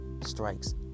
strikes